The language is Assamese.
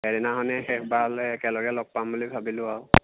সেইদিনাখনেই শেষবাৰলৈ একেলগে লগ পাম বুলি ভাবিলোঁ আৰু